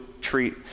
treat